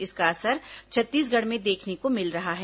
इसका असर छत्तीसगढ़ में देखने को मिल रहा है